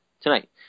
Tonight